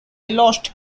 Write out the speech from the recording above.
lost